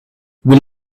will